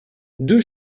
deux